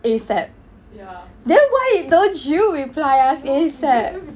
A S A P then why don't you reply us A S A P